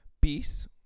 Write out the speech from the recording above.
Peace